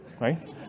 right